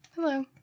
Hello